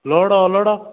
load unload